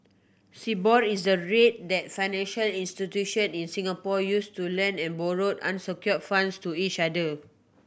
Sibor is the rate that financial institutions in Singapore use to lend and borrow unsecured funds to each other